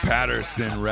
Patterson